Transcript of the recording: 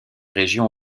régions